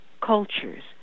cultures